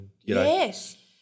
Yes